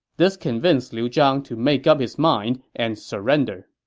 this convinced liu zhang to make up his mind and surrender.